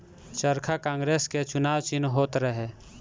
चरखा कांग्रेस के चुनाव चिन्ह होत रहे